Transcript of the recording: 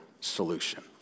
solution